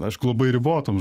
aišku labai ribotom